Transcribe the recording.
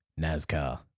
NASCAR